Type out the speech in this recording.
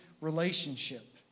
relationship